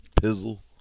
pizzle